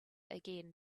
again